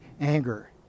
anger